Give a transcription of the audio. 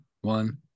one